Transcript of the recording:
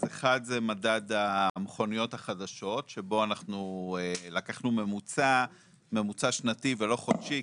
אז האחד זה מדד המכוניות החדשות שבו אנחנו לקחנו ממוצע שנתי ולא חודשי,